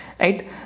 Right